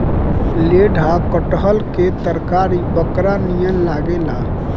लेढ़ा कटहल के तरकारी बकरा नियन लागेला